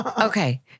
Okay